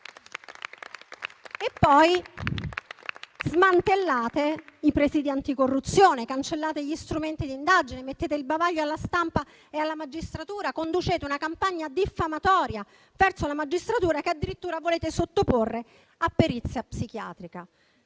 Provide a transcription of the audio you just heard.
E poi smantellate i presidi anticorruzione, cancellate gli strumenti d'indagine e mettete il bavaglio alla stampa e alla magistratura, verso la quale conducete una campagna diffamatoria e che volete addirittura sottoporre a perizia psichiatrica.